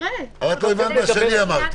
אבל את לא הבנת מה שאני אמרתי.